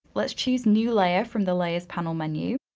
let's choose new layer from the layers panel menu,